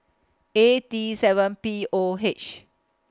A T seven P O H